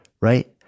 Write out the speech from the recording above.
right